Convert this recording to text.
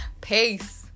Peace